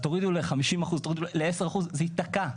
אז תורידו ל-50%, תורידו ל-10%, זה ייתקע.